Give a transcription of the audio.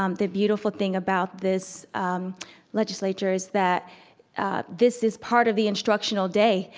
um the beautiful thing about this legislature is that this is part of the instructional day.